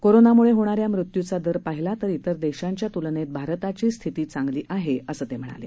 कोरोनाम्ळे होणा या मृत्यूचा दर पाहिला तर इतर देशांच्या त्लनेत भारताची स्थिती चांगली आहे असं ते म्हणाले